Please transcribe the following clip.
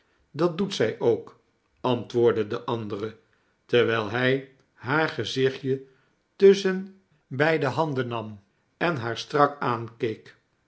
dat doet zij ook antwoordde de andere terwijl hij haar gezichtje tusschen beide handen nam en haar strak aankeek